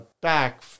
back